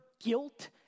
guilt